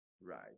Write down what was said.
Right